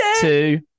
two